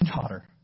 daughter